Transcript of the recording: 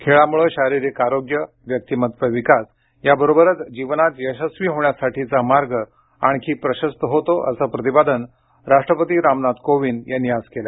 खेळामुळे शारीरिक आरोग्य व्यक्तिमत्त्व विकास याबरोबरच जीवनात यशस्वी होण्यासाठीचा मार्ग आणखी प्रशस्त होतो असं प्रतिपादन राष्ट्रपती रामनाथ कोविंद यांनी आज केलं